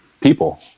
people